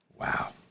Wow